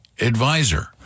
advisor